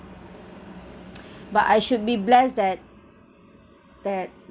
but I should be blessed that that